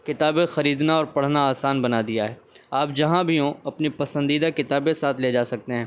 کتابیں خریدنا اور پڑھنا آسان بنا دیا ہے آپ جہاں بھی ہوں اپنی پسندیدہ کتابیں ساتھ لے جا سکتے ہیں